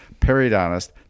periodontist